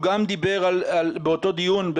הוא גם דיבר באותו דיון,